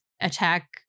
Attack